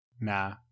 Nah